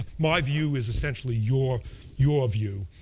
my view is essentially your your view.